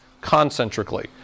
concentrically